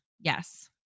Yes